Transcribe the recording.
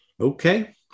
Okay